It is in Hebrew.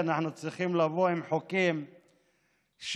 אנחנו צריכים לבוא עם חוקים פוגעניים,